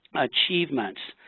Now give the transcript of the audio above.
achievements.